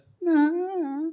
no